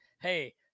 hey